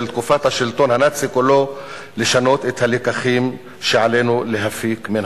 תקופת השלטון הנאצי כולו לשנות את הלקחים שעלינו להפיק מן